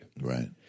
Right